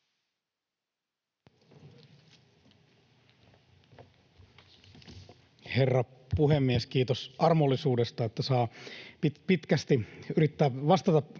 Herra puhemies! Kiitos armollisuudesta, että saa pitkästi yrittää vastata